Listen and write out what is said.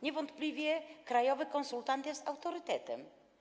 Niewątpliwie krajowy konsultant jest autorytetem.